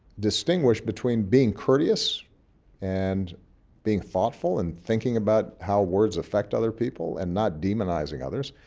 distinguish between being courteous and being thoughtful and thinking about how words affect other people and not demonizing others